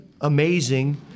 amazing